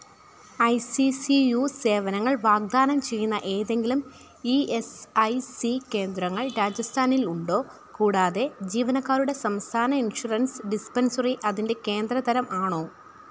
I C C U സേവനങ്ങൾ വാഗ്ദാനം ചെയ്യുന്ന ഏതെങ്കിലും ഇ എസ് ഐ സി കേന്ദ്രങ്ങൾ രാജസ്ഥാനിൽ ഉണ്ടോ കൂടാതെ ജീവനക്കാരുടെ സംസ്ഥാന ഇൻഷുറൻസ് ഡിസ്പെൻസറി അതിൻ്റെ കേന്ദ്രതരം ആണോ